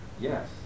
Yes